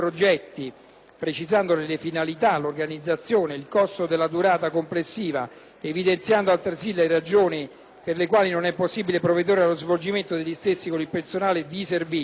precisandone le finalità, l'organizzazione, il costo e la durata complessiva, evidenziando altresì le ragioni per le quali non è possibile provvedere alla svolgimento degli stessi con il personale in servizio;